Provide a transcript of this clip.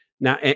now